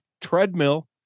treadmill